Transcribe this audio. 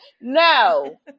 No